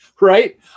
right